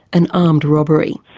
an armed robbery.